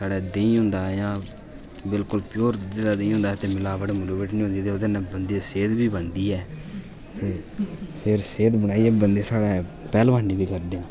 साढ़ै देहीं होंदा इं'या बिल्कुल प्योर दुद्धै दा देहीं होंदा तां ओह्दे च मलावट निं होंदी ऐ ते बंदे दी सेह्त बी बनदी ऐ ते सेह्त बनाइयै बंदे साढ़े पहलवानी बी करदे न